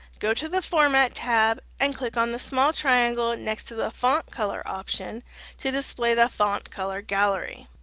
go to the format tab and click on the small triangle next to the font color option to display the font color gallery.